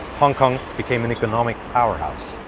hong kong became an economic powerhouse.